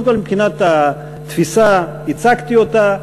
קודם כול מבחינת התפיסה, הצגתי אותה,